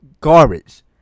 garbage